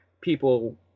people